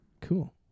Cool